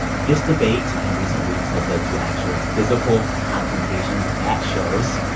this debate, in recent weeks, has led to actual physical confrontations at shows.